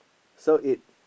so it